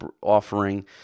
offering